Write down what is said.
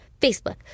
Facebook